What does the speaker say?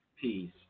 Peace